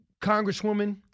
Congresswoman